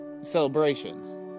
celebrations